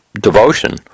devotion